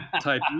type